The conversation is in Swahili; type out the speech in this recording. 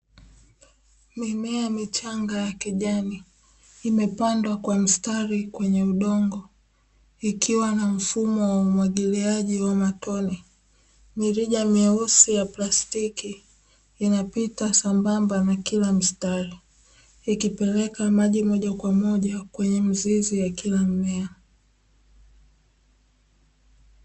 Mimea michanga ya kijani imepandwa kwa mstari kwenye udongo ikiwa na mfumo wa umwagiliaji wa matone, mirija mweusi ya plastiki inapita sambamba na kila mstari ikipeleka maji moja kwa moja kwenye mzizi ya kila mmea.